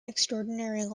extraordinary